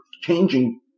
changing